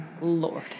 lord